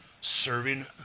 serving